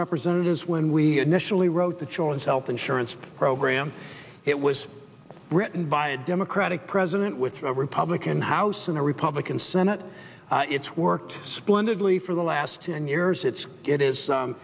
representatives when we initially wrote the children's health insurance program it was written by a democratic president with a republican house and a republican senate it's worked splendidly for the last ten years it's it is